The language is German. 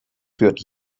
führt